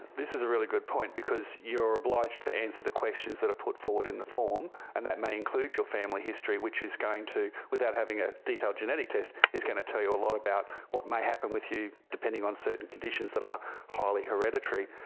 this is a really good point because you are obliged to answer the questions that are put forward in the form, and that may include your family history which is going to, without having a detailed genetic test, is going to tell you a lot about what may happen with you depending on certain conditions that are highly hereditary.